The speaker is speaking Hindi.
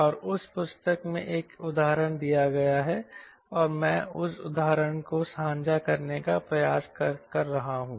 और उस पुस्तक में एक उदाहरण दिया गया है और मैं उस उदाहरण को साझा करने का प्रयास कर रहा हूं